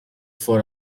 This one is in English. for